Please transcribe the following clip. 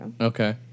Okay